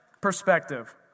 perspective